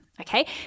okay